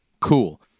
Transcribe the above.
Cool